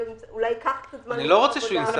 אולי ייקח קצת זמן למצוא עבודה.